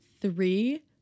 three